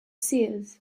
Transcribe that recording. seers